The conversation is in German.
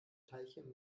teilchen